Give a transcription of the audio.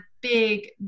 big